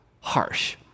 harsh